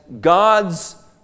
God's